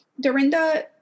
Dorinda